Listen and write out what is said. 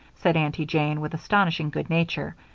said aunty jane, with astonishing good nature,